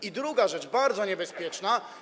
I druga rzecz, bardzo niebezpieczna.